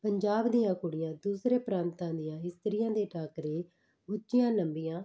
ਪੰਜਾਬ ਦੀਆਂ ਕੁੜੀਆਂ ਦੂਸਰੇ ਪ੍ਰਾਂਤਾਂ ਦੀਆਂ ਇਸਤਰੀਆਂ ਦੇ ਟਾਕਰੇ ਉੱਚੀਆਂ ਲੰਬੀਆਂ